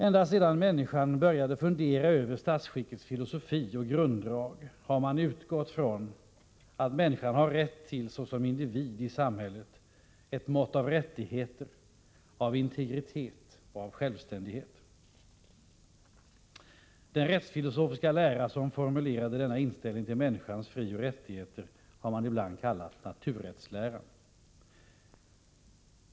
Ända sedan människan började fundera över statsskickets filosofi och grunddrag har man utgått från att människan har, såsom individ i samhället, rätt till ett mått av rättigheter, av integritet och av självständighet. Den rättsfilosofiska lära som formulerade denna inställning till människans frioch rättigheter har ibland kallats för naturrättsläran.